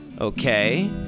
Okay